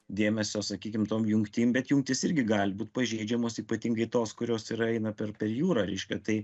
dėmesio sakykim tom jungtim bet jungtys irgi gali būti pažeidžiamos ypatingai tos kurios yra eina per jūrą reiškia tai